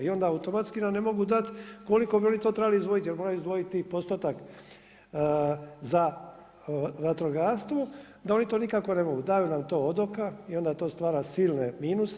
I onda automatski nam ne mogu dati koliko bi ono to trebali izdvojit, jer moraju izdvojiti postotak za vatrogastvo, da oni to nikako ne mogu daju nam to odoka, i onda to stvara silne minuse.